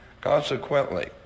consequently